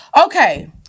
Okay